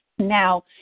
Now